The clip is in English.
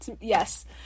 yes